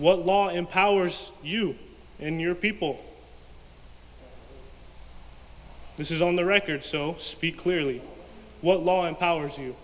what law empowers you in your people this is on the record so speak clearly what law empowers you